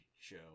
show